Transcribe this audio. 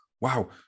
wow